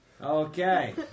Okay